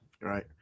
Right